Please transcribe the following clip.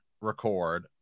record